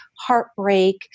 heartbreak